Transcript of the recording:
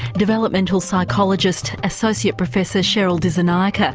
developmental psychologist associate professor cheryl dissenayake. ah